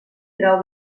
grau